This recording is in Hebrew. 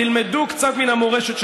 תלמדו קצת מן המורשת שלכם,